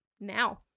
now